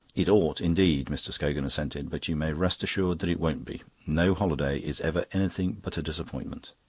it ought indeed, mr scogan assented. but you may rest assured that it won't be. no holiday is ever anything but a disappointment.